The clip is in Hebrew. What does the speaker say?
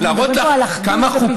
אנחנו מדברים על אחדות.